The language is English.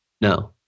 No